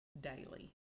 daily